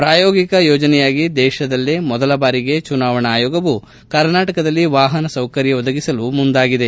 ಪ್ರಾಯೋಗಿಕ ಯೋಜನೆಯಾಗಿ ದೇಶದಲ್ಲೇ ಮೊದಲ ಬಾರಿಗೆ ಚುನಾವಣಾ ಆಯೋಗವು ಕರ್ನಾಟಕದಲ್ಲಿ ವಾಹನ ಸೌಕರ್ಡ ಒದಗಿಸಲು ಮುಂದಾಗಿದೆ